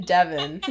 Devin